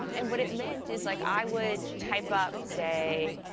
and what it meant is, like, i would type up, say,